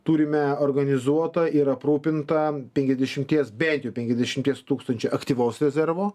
turime organizuotą ir aprūpintą penkiasdešimties bent jau penkiasdešimties tūkstančių aktyvaus rezervo